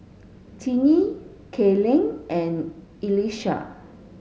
Tinie Kayleigh and Elisha